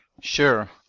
Sure